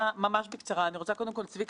כמובן הציבור הוא הלקוח העיקרי,